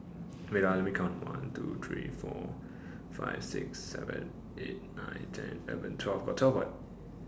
wait ah let me count one two three four five six seven eight nine ten eleven twelve got twelve what